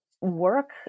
work